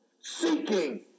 seeking